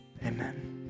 amen